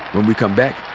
when we come back,